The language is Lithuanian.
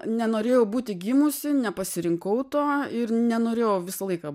nenorėjau būti gimusi nepasirinkau to ir nenorėjau visą laiką